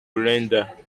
render